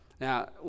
Now